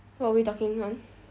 what were we talking on